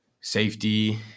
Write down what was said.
safety